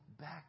back